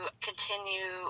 continue